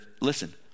listen